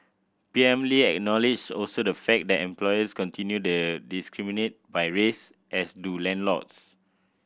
P M Lee acknowledged also the fact that employers continue the discriminate by race as do landlords